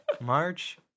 March